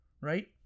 right